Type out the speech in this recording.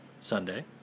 Sunday